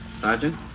Sergeant